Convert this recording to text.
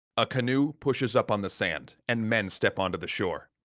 a canoe pushes up on the sand, and men step onto the shore.